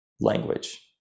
language